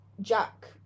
Jack